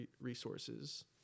resources